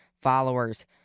followers